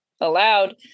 allowed